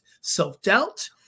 self-doubt